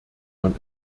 man